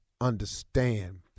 understand